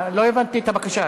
לא הבנתי את הבקשה.